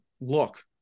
look